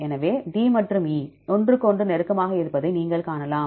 எனவே D மற்றும் E ஒன்றுக்கொன்று நெருக்கமாக இருப்பதை நீங்கள் காணலாம்